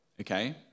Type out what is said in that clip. Okay